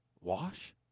Wash